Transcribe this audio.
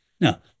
Now